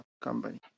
company